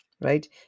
right